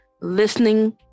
listening